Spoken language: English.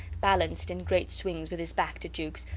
balanced in great swings with his back to jukes,